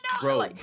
Bro